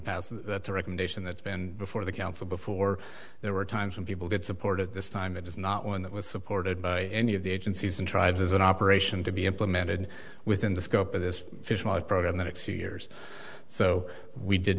past the recommendation that's been before the council before there were times when people did supported this time it was not one that was supported by any of the agencies and tribes is an operation to be implemented within the scope of this program the next two years so we did